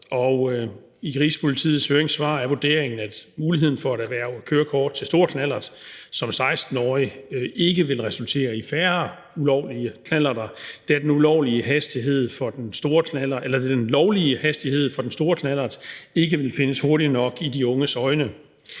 og i Rigspolitiets høringssvar er vurderingen, at muligheden for at erhverve kørekort til stor knallert som 16-årig ikke vil resultere i færre ulovlige knallerter, da den lovlige hastighed for den store knallert ikke vil findes hurtig nok i de unges øjne,